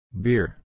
Beer